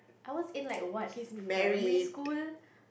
I was in like what primary school